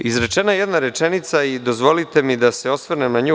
Izrečena je jedna rečenica i dozvolite mi da se osvrnem na nju.